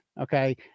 Okay